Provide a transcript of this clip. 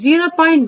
0